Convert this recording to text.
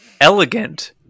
elegant